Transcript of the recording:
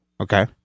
Okay